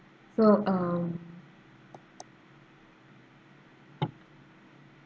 well um